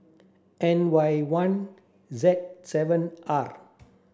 N Y one Z seven R